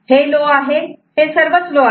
हे लो आहे हे सर्वच लो आहेत